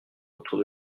autour